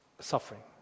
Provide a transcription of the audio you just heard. suffering